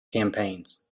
campaigns